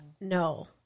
no